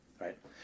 right